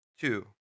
Two